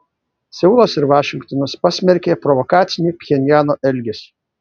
seulas ir vašingtonas pasmerkė provokacinį pchenjano elgesį